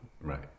right